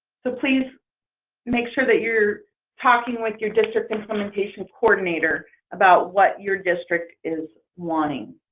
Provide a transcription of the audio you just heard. so please make sure that you're talking with your district implementation coordinator about what your district is wanting.